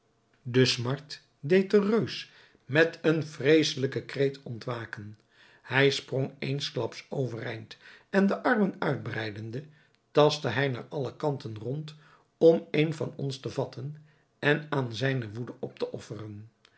de smart deed den reus met een vreeselijken kreet ontwaken hij sprong eensklaps overeind en de armen uitbreidende tastte hij naar alle kanten rond om een van ons te vatten en aan zijne woede op te offeren